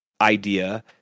idea